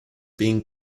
being